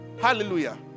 Hallelujah